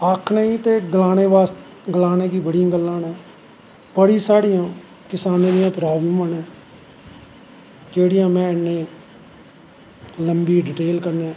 आखनें ते गलानें दी बड़ियां गल्लां नै पर एह् साढ़ियां किसानें दियां प्रावलमां नैं जेह्ड़ियां में इनेंगी लम्बी डिटेल कन्नैं